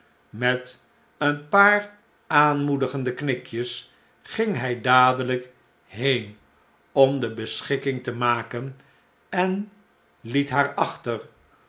met een paar aanmoedigende knikjes gine hjj dadelgk heen om de beschikkingen te maken en liet haar achter